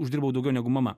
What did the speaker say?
uždirbau daugiau negu mama